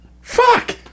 fuck